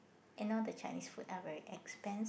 and all the Chinese food are very expensive